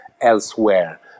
elsewhere